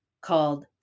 called